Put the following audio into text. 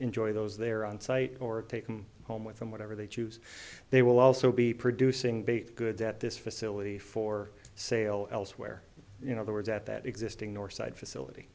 enjoy those they're on site or take them home with them whatever they choose they will also be producing baith good at this facility for sale elsewhere you know the words at that existing northside facility